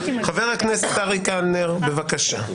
חבר הכנסת אריק קלנר, בבקשה.